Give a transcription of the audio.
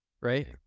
right